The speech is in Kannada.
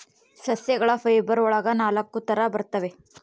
ಸಸ್ಯಗಳ ಫೈಬರ್ ಒಳಗ ನಾಲಕ್ಕು ತರ ಬರ್ತವೆ